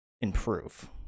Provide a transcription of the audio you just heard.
improve